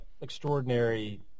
extraordinary